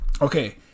Okay